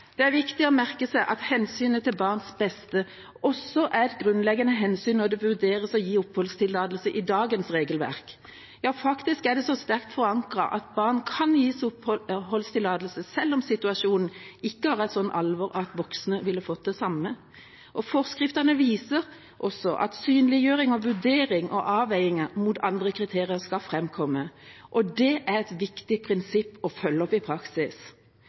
også er et grunnleggende hensyn når det vurderes å gi oppholdstillatelse ut fra dagens regelverk. Det er sterkt forankret at barn kan gis oppholdstillatelse selv om situasjonen ikke har et slikt alvor at voksne ville fått det samme. Forskriften viser at synliggjøring av vurdering og avveiinger mot andre kriterier skal framkomme, og det er et viktig prinsipp å følge opp i praksis.